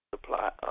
supply